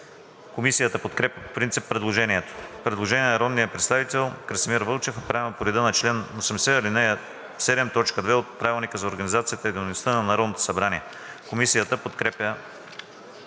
Комисията подкрепя по принцип предложението. Предложение на народния представител Красимир Вълчев, направено по реда на чл. 80, ал. 7, т. 2 от Правилника за организацията и дейността на Народното събрание. Комисията подкрепя